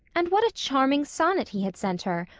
and what a charming sonnet he had sent her,